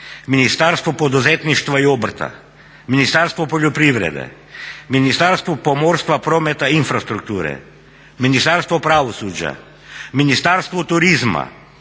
Ministarstvo poduzetništva i obrta, Ministarstvo poljoprivrede, Ministarstvo pomorstva, prometa i infrastrukture, Ministarstvo pravosuđa, Ministarstvo turizma,